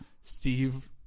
Steve